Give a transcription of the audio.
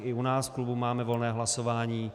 I u nás v klubu máme volné hlasování.